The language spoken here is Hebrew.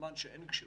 בזמן שאין כשירות.